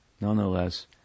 nonetheless